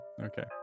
Okay